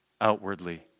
outwardly